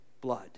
blood